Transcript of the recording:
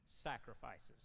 sacrifices